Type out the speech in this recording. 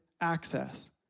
access